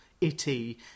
itty